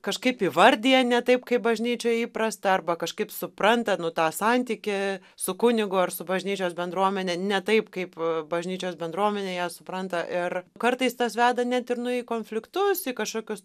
kažkaip įvardija ne taip kaip bažnyčioj įprasta arba kažkaip supranta tą santykį su kunigu ar su bažnyčios bendruomene ne taip kaip bažnyčios bendruomenė ją supranta ir kartais tas veda net ir nu į konfliktus į kažkokius